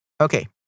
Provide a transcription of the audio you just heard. Okay